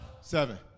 seven